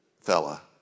fella